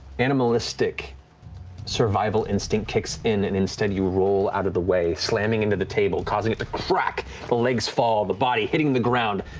animalistic survival instinct kicks in, and instead you roll out of the way, slamming into the table, causing it to crack. the legs fall the body, hitting the ground,